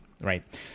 Right